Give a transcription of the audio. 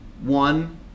one